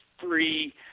three